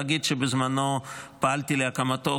תאגיד שבזמנו פעלתי להקמתו,